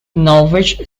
norwich